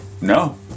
no